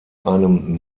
einem